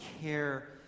care